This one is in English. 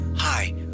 Hi